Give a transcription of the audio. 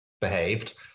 behaved